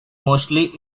mostly